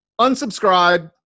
Unsubscribe